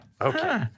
okay